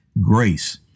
Grace